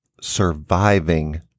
surviving